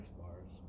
bars